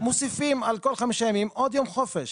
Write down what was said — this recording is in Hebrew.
מוסיפים על כל חמישה ימים עוד יום חופש.